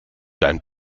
dein